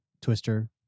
Twister